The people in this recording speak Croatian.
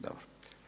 Dobro.